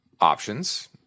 options